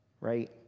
right